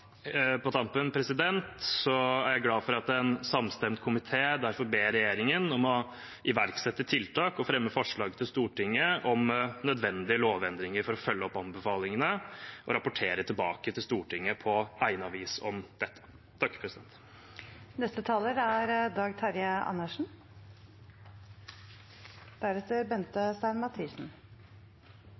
På tampen: Jeg er glad for at en samstemt komité derfor ber regjeringen om å iverksette tiltak og fremme forslag til Stortinget om nødvendige lovendringer for å følge opp anbefalingene og rapportere tilbake til Stortinget på egnet vis om dette. Takk